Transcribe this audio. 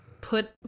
put